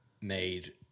made